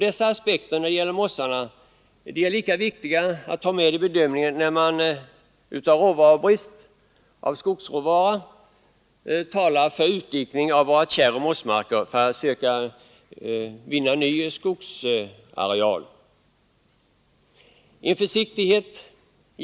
Dessa aspekter på mossarna är viktiga att ta med vid bedömningen, när man med hänsyn till bristen på skogsråvaror talar om utdikning av våra kärroch mossmarker för att öka skogsarealen.